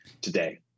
today